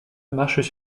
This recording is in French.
marchent